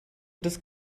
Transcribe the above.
des